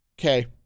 Okay